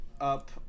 up